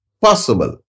possible